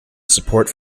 support